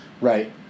Right